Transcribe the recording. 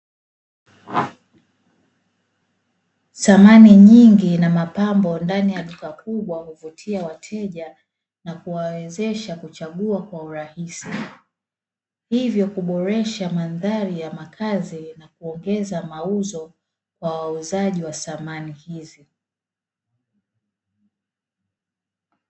Samani nyingi na mapambo ndani ya duka kubwa huvutia wateja na kuwawezesha kuchagua kwa urahisi, hivyo kuboresha mandhari ya makazi na kuongeza mauzo kwa wauzaji wa samani hizi.